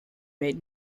made